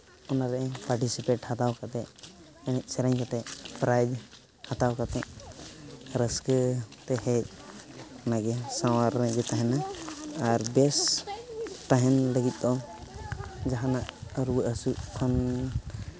ᱚᱱᱟ ᱨᱮ ᱯᱟᱨᱴᱤᱥᱤᱯᱮᱴ ᱦᱟᱛᱟᱣ ᱠᱟᱛᱮ ᱮᱱᱮᱡ ᱥᱮᱨᱮᱧ ᱠᱟᱛᱮ ᱯᱨᱟᱭᱤᱡᱽ ᱦᱟᱛᱟᱣ ᱠᱟᱛᱮ ᱨᱟᱹᱥᱠᱟᱹ ᱛᱮ ᱦᱮᱡ ᱚᱱᱟᱜᱮ ᱥᱟᱶᱟᱨ ᱨᱮᱜᱮ ᱛᱟᱦᱮᱱᱟ ᱟᱨ ᱵᱮᱥ ᱛᱟᱦᱮᱱ ᱞᱟᱹᱜᱤᱫ ᱫᱚ ᱡᱟᱦᱟᱱᱟᱜ ᱨᱩᱭᱟᱹ ᱦᱟᱹᱥᱩᱜ ᱠᱷᱚᱱ